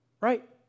Right